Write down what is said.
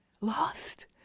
lost